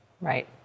Right